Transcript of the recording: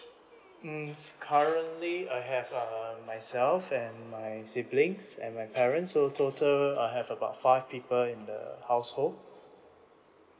mm currently I have um myself and my siblings and my parents so total I have about five people in the household